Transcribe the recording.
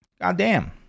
Goddamn